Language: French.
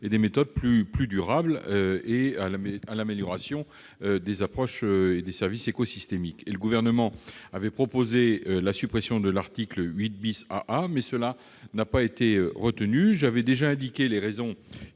et des méthodes plus durables et visent l'amélioration des approches et des services écosystémiques. Le Gouvernement souhaitait la suppression de l'article 8 AA, mais n'a pas été suivi. J'ai déjà indiqué les raisons